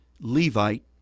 Levite